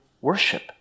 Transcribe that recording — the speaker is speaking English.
worship